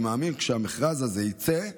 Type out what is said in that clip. אני מאמין שכשהמכרז הזה יצא,